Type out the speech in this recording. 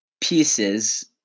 pieces